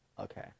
okay